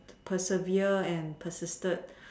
persevere and persisted